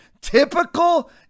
Typical